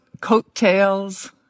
Coattails